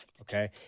Okay